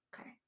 okay